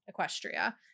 Equestria